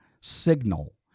Signal